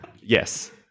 Yes